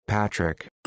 Patrick